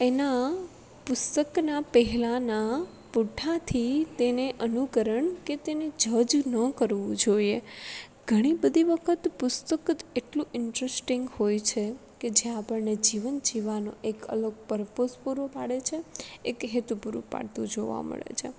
એના પુસ્તકનાં પહેલાંના પુંઠાથી તેને અનુકરણ કે તેને જજ ન કરવું જોઇએ ઘણી બધી વખત પુસ્તક જ એટલું ઈન્ટરસ્ટરીંગ હોય છે કે જ્યાં આપણને જીવન જીવવાનો એક અલગ પરપોસ પૂરો પાડે છે એક હેતુ પૂરું પાડતું જોવા મળે છે